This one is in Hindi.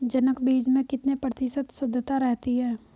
जनक बीज में कितने प्रतिशत शुद्धता रहती है?